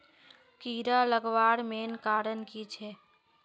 कीड़ा लगवार मेन कारण की छे?